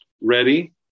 Ready